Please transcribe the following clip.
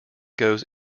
goes